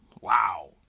Wow